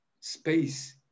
space